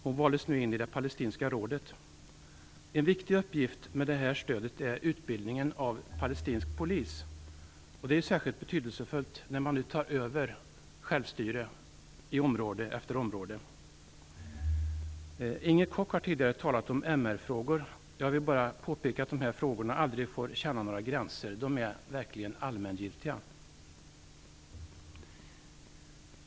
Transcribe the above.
Hon valdes nu in i det palestinska rådet. En viktig uppgift med detta stöd är utbildningen av palestinsk polis, särskilt som man nu tar över ansvaret för område efter område. Inger Koch har tidigare talat om MR-frågor, och jag vill bara påpeka att dessa frågor aldrig får känna några gränser. De är verkligen allmängiltiga.